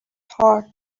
heart